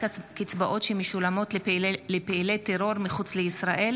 קצבאות שמשולמות לפעילי טרור מחוץ לישראל),